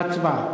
הצבעה.